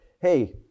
hey